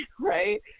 Right